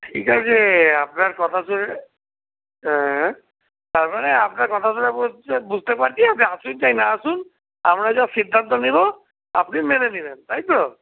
ঠিক আছে আপনার কথাতে হ্যাঁ তার মানে আপনার কথা শুনে বুঝতে পারছি আপনি আসুন চাই না আসুন আমরা যা সিদ্ধান্ত নেব আপনি মেনে নেবেন তাই তো